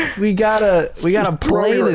we gotta we gotta play like